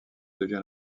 devient